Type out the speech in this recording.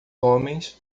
homens